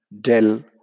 Dell